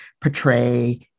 portray